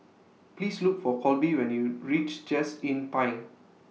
Please Look For Colby when YOU REACH Just Inn Pine